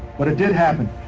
but it did happen.